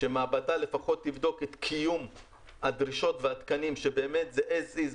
שמעבדה תבדוק את קיום הדרישות והתקנים שבאמת זה as is,